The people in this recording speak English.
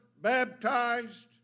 baptized